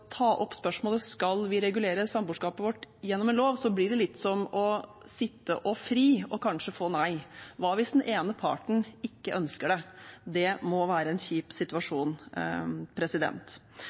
ta opp spørsmålet – skal vi regulere samboerskapet vårt gjennom en lov? – blir det litt som å sitte og fri og kanskje få nei. Hva hvis den ene parten ikke ønsker det? Det må være en kjip situasjon.